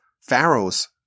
Pharaoh's